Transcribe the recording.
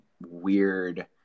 weird